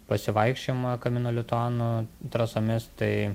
pasivaikščiojimą camino lituano trasomis tai